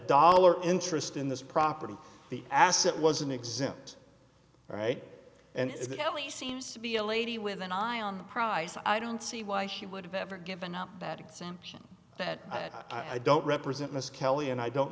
dollar interest in this property the asset wasn't exempt right and it only seems to be a lady with an eye on the prize i don't see why she would have ever given up bad exemptions that i don't represent miss kelly and i don't